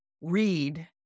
read